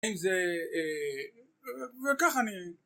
אין זה... וככה נהיה.